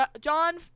john